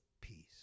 peace